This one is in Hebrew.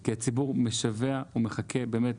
כי הציבור משווע ומחכה באמת